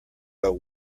but